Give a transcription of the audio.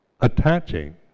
attaching